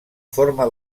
forma